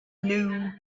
knew